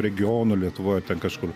regionų lietuvoj ten kažkur